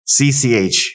CCH